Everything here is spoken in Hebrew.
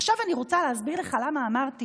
עכשיו אני רוצה להסביר לך למה אמרתי